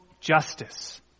justice